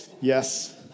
Yes